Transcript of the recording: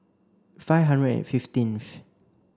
five hundred and fifteenth